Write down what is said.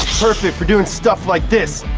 perfect for doing stuff like this.